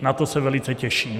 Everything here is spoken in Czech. Na to se velice těším.